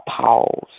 pause